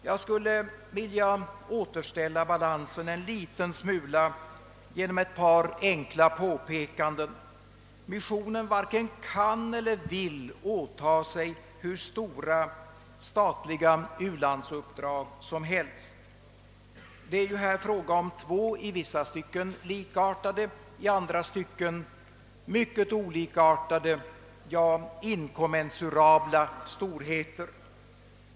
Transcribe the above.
Jag skulle vilja återställa balansen en liten smula genom ett par enkla påpekanden. Missionen varken kan eller vill åtaga sig hur stora statliga u-landsuppdrag som helst. Det är här fråga om två, i vissa stycken likartade, i andra stycken mycket olikartade, ja, inkommensurabla storheter.